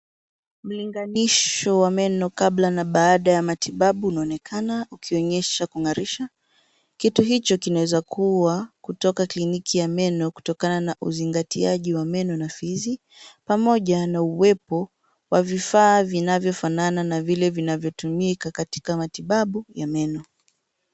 Mlinganisho wa meno kabla na baada ya matibabu unaonekana ukionyesha kung'arisha. Kitu hicho kinaweza kuwa kutoka kliniki ya meno kutokana na uzingatiaji wa meno na fizi, pamoja na uwepo wa vifaa vinavyofanana na vile vinavyotumika katika matibabu ya meno.